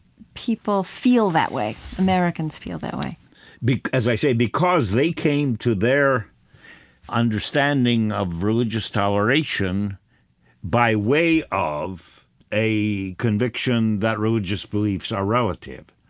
people feel that way. americans feel that way as i say, because they came to their understanding of religious toleration by way of a conviction that religious beliefs are relative.